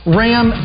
ram